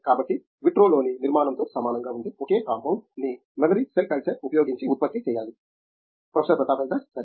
కాబట్టి విట్రో లోని నిర్మాణం తో సమానంగా ఉండే ఒకే కాంపౌండ్ ని మెమరీ సెల్ కల్చర్ ఉపయోగించి ఉత్పత్తి చేయాలి ప్రొఫెసర్ ప్రతాప్ హరిదాస్ సరే